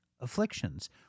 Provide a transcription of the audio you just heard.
afflictions